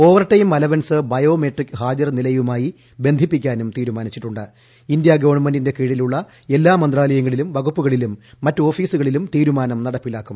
overtime allowance biometric ഹാജർ നിലയുമായി ബന്ധിപ്പിക്കാനും തീരുമാനിച്ചിട്ടു പ് ഇന്ത്യ ഗവൺമെന്റിന്റെ കീഴിലുള്ള എല്ലാ മന്ത്രാല്യങ്ങളിലും വകുപ്പുകളിലും മറ്റ് ഓഫീസുകളിലും തീരുമാനും നടപ്പിലാക്കും